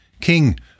king